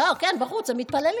ברור, בחוץ הם מתפללים.